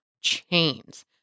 chains